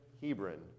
Hebron